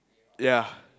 ya